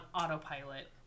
Autopilot